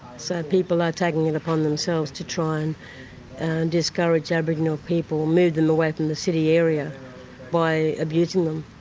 so people are taking it upon themselves to try and and discourage aboriginal people, move them away from the city area by abusing them,